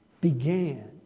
began